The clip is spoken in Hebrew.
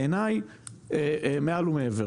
בעיניי מעל ומעבר.